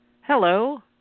Hello